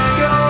go